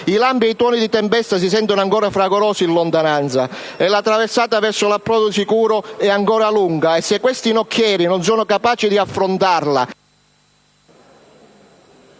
I lampi ed i tuoni di tempesta si sentono ancor fragorosi in lontananza e la traversata verso l'approdo sicuro è ancora lunga e se questi nocchieri non sono capaci di affrontarla,